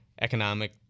economic